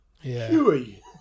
Huey